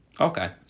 Okay